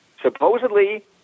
Supposedly